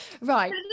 right